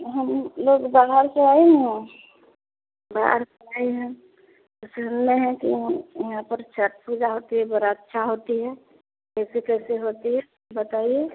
हम लोग बाहर से आए हैं यहाँ बाहर से आए हैं तो सुने हैं कि हम यहाँ पर छठ पूजा होती है बड़ी अच्छी होती है कैसे कैसे होती है बताइए